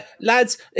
lads